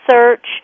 search